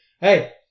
Hey